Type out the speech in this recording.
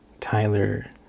Tyler